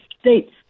States